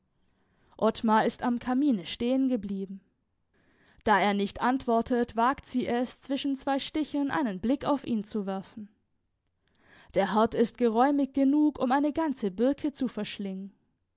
ottmar ist am kamine stehen geblieben da er nicht antwortet wagt sie es zwischen zwei stichen einen blick auf ihn zu werfen der herd ist geräumig genug um eine ganze birke zu verschlingen